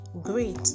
Great